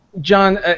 John